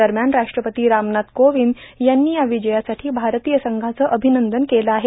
दरम्यान राष्ट्रपती रामनाथ कोोवंद यांनी या विजयासाठो भारतीय संघाचं अभभनंदन केलं आहे